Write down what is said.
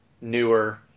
newer